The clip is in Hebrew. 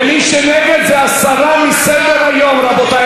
ומי שנגד, הסרה מסדר-היום, רבותי.